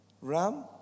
ram